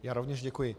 Já rovněž děkuji.